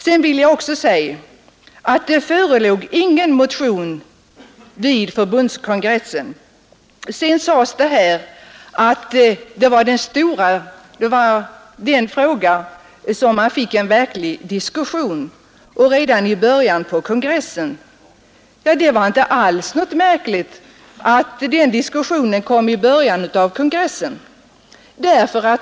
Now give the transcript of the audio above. Jag vill understryka att det inte avlämnades någon motion till förbundskongressen i den här frågan. Men det var just den frågan — har det här sagts — som föranledde den första verkliga diskussionen. Det är inte alls märkligt. Diskussionen kom i början av kongressen.